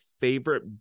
favorite